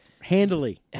Handily